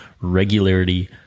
regularity